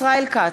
ישראל כץ,